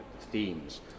themes